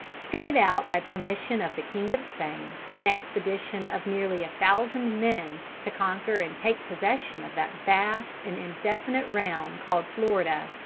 fitted out by permission of the king of spain, an expedition of nearly a thousand men to conquer and take possession of that vast and indefinite realm called florida.